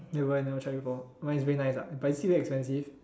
never mind never try before but it's very nice ah but is it very expensive